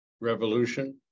revolution